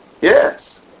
Yes